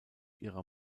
ihrer